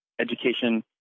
education